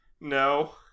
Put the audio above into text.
No